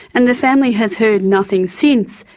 and the family has heard nothing since,